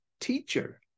teacher